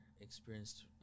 experienced